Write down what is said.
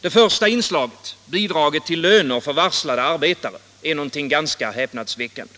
Det första inslaget — bidraget till löner för varslade arbetare — är ganska häpnadsväckande.